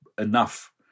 enough